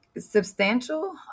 substantial